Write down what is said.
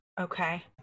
Okay